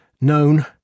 known